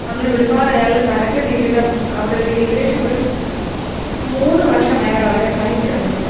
അങ്ങനെ ഒരുപാട് അയാൾ നരക ജീവിതം അവിടെ ഒരു ഏകദേശം ഒരു മൂന്ന് വർഷം അയാൾ അവിടെ സഹിച്ചു നിന്നു